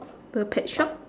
the pet shop